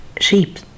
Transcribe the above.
sheep